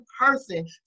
person